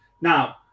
now